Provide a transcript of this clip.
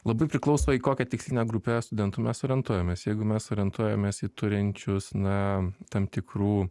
labai priklauso į kokią tikslinę grupę studentų mes orientuojamės jeigu mes orientuojamės į turinčius na tam tikrų